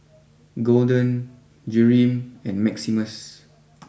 Golden Jereme and Maximus